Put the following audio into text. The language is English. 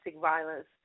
violence